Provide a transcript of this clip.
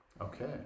Okay